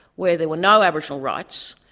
where there were no aboriginal rights,